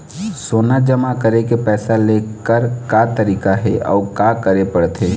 सोना जमा करके पैसा लेकर का तरीका हे अउ का करे पड़थे?